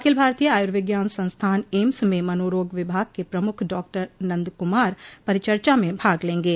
अखिल भारतीय आयुर्विज्ञान संस्थान एम्स में मनोरोग विभाग के प्रमुख डॉ नंद कुमार परिचर्चा में भाग लेगे